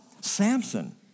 Samson